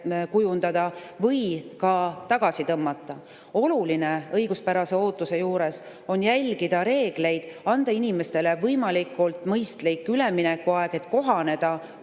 kujundada või ka tagasi tõmmata. Oluline õiguspärase ootuse juures on järgida reegleid, anda inimestele võimalikult mõistlik üleminekuaeg, et kohaneda